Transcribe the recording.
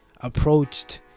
approached